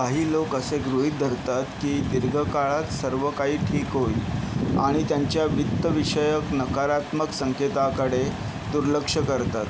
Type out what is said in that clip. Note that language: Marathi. काही लोक असे गृहीत धरतात की दीर्घकाळात सर्व काही ठीक होईल आणि त्यांच्या वित्तविषयक नकारात्मक संकेताकडे दुर्लक्ष करतात